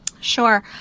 Sure